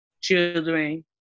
children